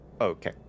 Okay